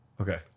Okay